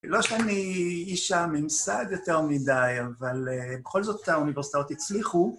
לא שאני אישה ממסעד יותר מדי, אבל בכל זאת האוניברסיטאות הצליחו.